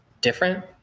different